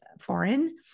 foreign